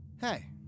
Hey